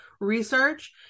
research